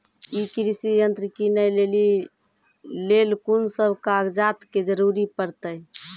ई कृषि यंत्र किनै लेली लेल कून सब कागजात के जरूरी परतै?